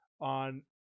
on